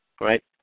right